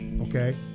Okay